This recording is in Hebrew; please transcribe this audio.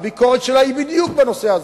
הביקורת היא בדיוק בנושא הזה,